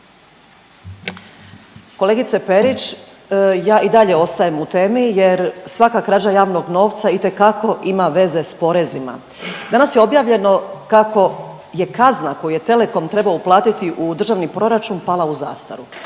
Kolegice Perić ja i dalje ostajem u temi jer svaka krađa javnog novca itekako ima veze s porezima. Danas je objavljeno kako je kazna koju je Telecom trebao uplatiti u Državni proračun pala u zastaru.